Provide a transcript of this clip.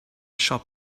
shop